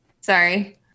sorry